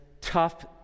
tough